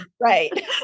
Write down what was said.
right